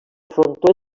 frontó